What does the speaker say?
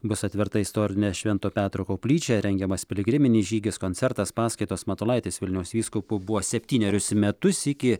bus atverta istorinė švento petro koplyčia rengiamas piligriminis žygis koncertas paskaitos matulaitis vilniaus vyskupu buvo septynerius metus iki